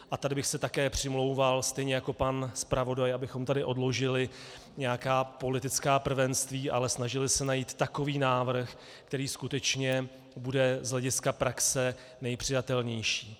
A tady bych se také přimlouval, stejně jako pan zpravodaj, abychom tady odložili nějaká politická prvenství, ale snažili se najít takový návrh, který skutečně bude z hlediska praxe nejpřijatelnější.